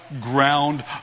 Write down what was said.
ground